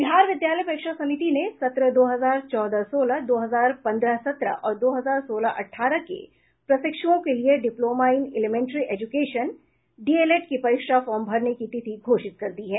बिहार विद्यालय परीक्षा समिति ने सत्र दो हजार चौदह सोलह दो हजार पन्द्रह सत्रह और दो हजार सोलह अठारह के प्रशिक्षुओं के लिए diploma in elementary education DElEd की परीक्षा फार्म भरने की तिथि घोषित कर दी है